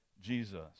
Jesus